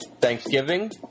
Thanksgiving